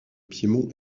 piémont